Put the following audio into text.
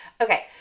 Okay